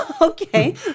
Okay